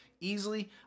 Easily